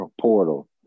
portal